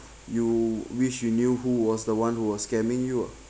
you wish you knew who was the one who was scamming you uh